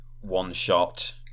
one-shot